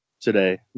today